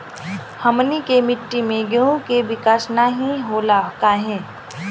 हमनी के मिट्टी में गेहूँ के विकास नहीं होला काहे?